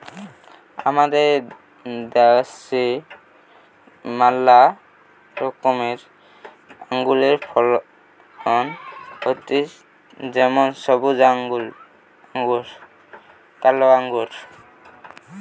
আমাদের দ্যাশে ম্যালা রকমের আঙুরের ফলন হতিছে যেমন সবুজ আঙ্গুর, কালো আঙ্গুর